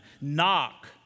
Knock